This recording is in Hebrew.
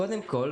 קודם כל,